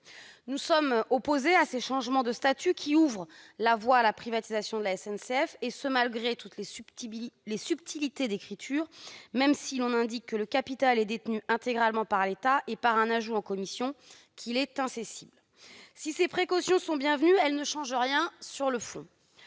Nous sommes opposés à ces changements de statut qui ouvrent la voie à la privatisation de la SNCF, et ce malgré toutes les subtilités d'écriture, quand bien même on indique que le capital est détenu intégralement par l'État et, par un ajout en commission, qu'il est incessible. En effet, si ces précautions sont bienvenues, elles ne changent rien sur le fond.